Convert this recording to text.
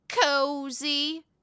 Cozy